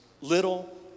Little